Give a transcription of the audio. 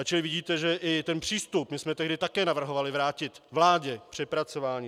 Takže vidíte i ten přístup my jsme tehdy také navrhovali vrátit vládě k přepracování.